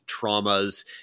traumas